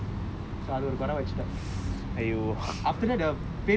myself then she say she didn't come also so அது குறை வச்சுடேன்:athu kurai vachutaen